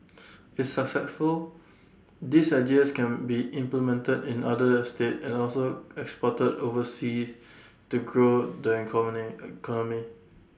if successful these ideas can be implemented in other estate and also exported oversea to grow the economy economy